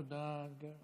תודה.